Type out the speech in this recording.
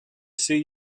see